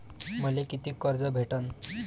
मले कितीक कर्ज भेटन?